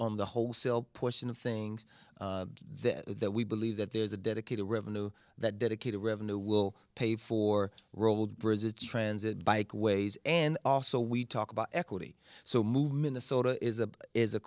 on the wholesale portion of things that that we believe that there's a dedicated revenue that dedicated revenue will pay for roll bryza transit bike ways and also we talk about equity so move minnesota is a is a